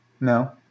no